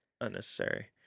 unnecessary